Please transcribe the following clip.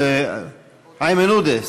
איימן עודה,